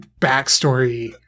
backstory